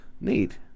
Neat